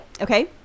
Okay